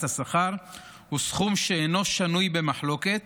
השכר הוא סכום שאינו שנוי במחלוקת,